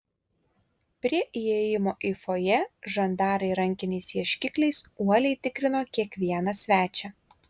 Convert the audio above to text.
prie įėjimo į fojė žandarai rankiniais ieškikliais uoliai tikrino kiekvieną svečią